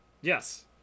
Yes